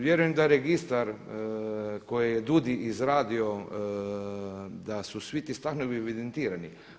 Vjerujem da registar koji je DUUDI izradio da su svi ti stanovi evidentirani.